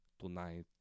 tonight